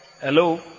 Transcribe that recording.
Hello